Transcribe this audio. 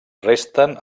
resten